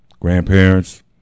grandparents